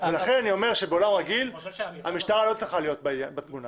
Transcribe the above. לכן אני אומר שבעולם רגיל המשטרה לא צריכה להיות בתמונה.